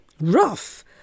rough